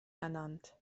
ernannt